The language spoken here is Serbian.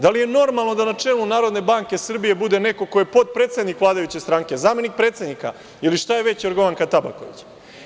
Da li je normalno da na čelu NBS bude neko ko je potpredsednik vladajuće stranke, zamenik predsednika ili šta je već Jorgovanka Tabaković?